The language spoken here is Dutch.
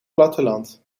platteland